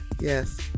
yes